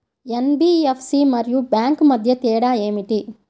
NBFC మరియు bank మధ్య తేడా ఏమిటి?